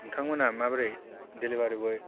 नोंथांमोनहा माबोरै देलिभारि बय